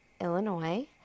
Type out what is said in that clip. Illinois